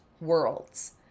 worlds